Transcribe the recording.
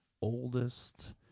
oldest